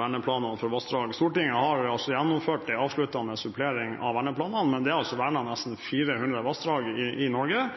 verneplanen for vassdrag. Stortinget har gjennomført en avsluttende supplering av verneplanen, men det er altså vernet nesten 400 vassdrag i Norge.